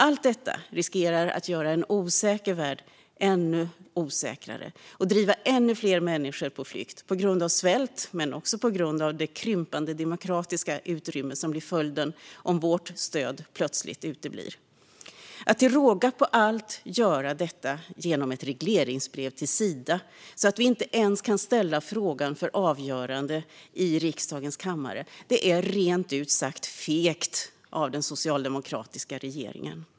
Allt detta riskerar att göra en osäker värld ännu osäkrare och driva ännu fler människor på flykt på grund av svält men också på grund av det krympande demokratiska utrymme som blir följden om vårt stöd plötsligt uteblir. Att till råga på allt göra detta genom ett regleringsbrev till Sida, så att vi inte ens kan ställa frågan för avgörande i riksdagens kammare, är rent ut sagt fegt av den socialdemokratiska regeringen.